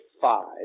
five